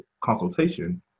consultation